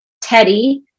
Teddy